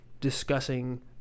discussing